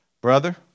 brother